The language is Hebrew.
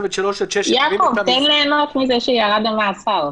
יעקב, תן ליהנות מזה שירד המאסר.